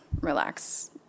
relax